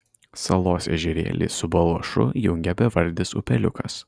salos ežerėlį su baluošu jungia bevardis upeliukas